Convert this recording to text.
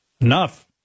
Enough